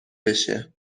بشه